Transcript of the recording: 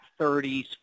30s